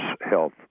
health